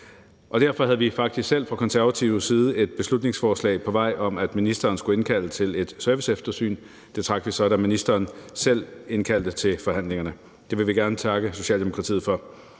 og derfor havde vi faktisk fra Konservatives side selv et beslutningsforslag på vej om, at ministeren skulle indkalde til et serviceeftersyn. Det trak vi så, da ministeren selv indkaldte til forhandlingerne. Det vil vi gerne takke Socialdemokratiet for.